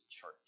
church